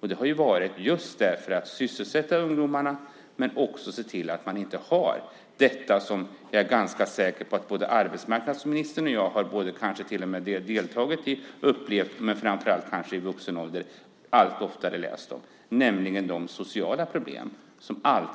Så har det varit just för att sysselsätta ungdomarna men också för att se till att man inte har det som jag är ganska säker på att inte bara jag utan också arbetsmarknadsministern till och med deltagit i, upplevt och - framför allt kanske i vuxen ålder - allt oftare läst om, nämligen de sociala problem som nästan